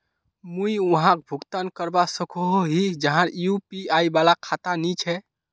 मुई वहाक भुगतान करवा सकोहो ही जहार यु.पी.आई वाला खाता नी छे?